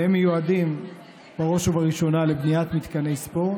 והם מיועדים בראש ובראשונה לבניית מתקני ספורט.